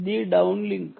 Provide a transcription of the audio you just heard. ఇది డౌన్లింక్